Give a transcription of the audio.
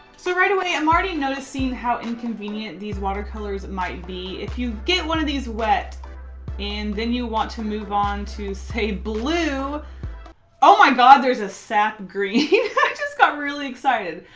so right away i'm already noticing how inconvenient these watercolors might be if you get one of these wet and then you want to move on to say blue oh my god. there's a sap green. i just got really excited.